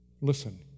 Listen